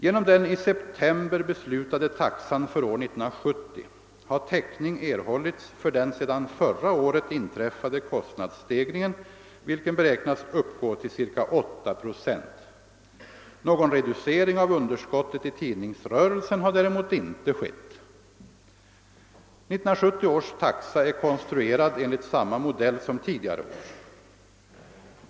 Genom den i september beslutade taxan för år 1970 har täckning erhållits för den sedan förra året inträffade kostnadsstegringen vilken beräknas uppgå till ca 8 procent. Någon reducering av underskottet i tidningsrörelsen har däremot inte skett. 1970 års taxa är konstruerad enligt samma modell som tidigare år.